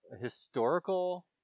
historical